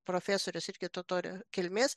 profesorius irgi totorių kilmės